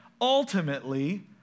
ultimately